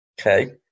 Okay